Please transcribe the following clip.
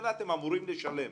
ממילא אתם אמורים לשלם.